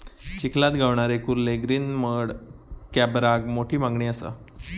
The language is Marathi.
चिखलात गावणारे कुर्ले ग्रीन मड क्रॅबाक मोठी मागणी असा